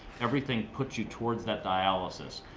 everything puts you towards that dialysis.